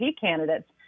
candidates